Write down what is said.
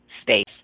space